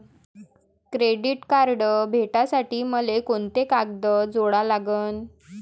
Credit card भेटासाठी मले कोंते कागद जोडा लागन?